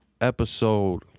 episode